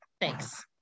Thanks